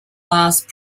last